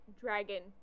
Dragon